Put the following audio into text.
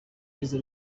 izo